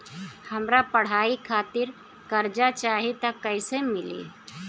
हमरा पढ़ाई खातिर कर्जा चाही त कैसे मिली?